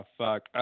fuck